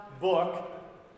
book